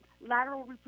Lateral